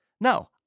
No